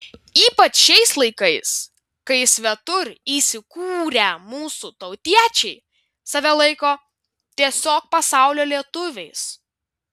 ypač šiais laikais kai svetur įsikūrę mūsų tautiečiai save laiko tiesiog pasaulio lietuviais